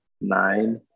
Nine